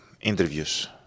interviews